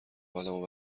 حالمو